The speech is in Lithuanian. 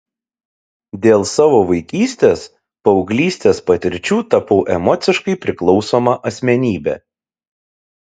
dėl savo vaikystės paauglystės patirčių tapau emociškai priklausoma asmenybe